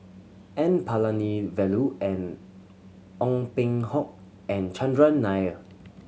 N Palanivelu and Ong Peng Hock and Chandran Nair